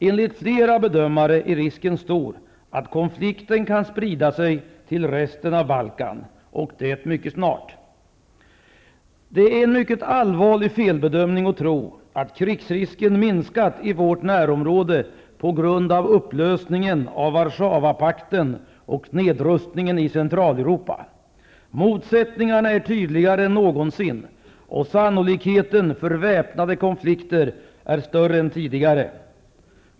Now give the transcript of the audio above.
Enligt flera bedömare är risken stor att den konflikten kan sprida sig till resten av Det är en mycket allvarlig felbedömning att tro att krigsrisken minskat i vårt närområde på grund av upplösningen av Warszawapakten och nedrustningen i Centraleuropa. Motsättningarna är tydligare än någonsin, och sannolikheten för väpnade konflikter är större än tidigare.